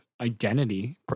identity